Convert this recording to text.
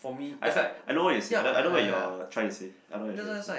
I I I know what you say I I know you are trying to say I know what you trying say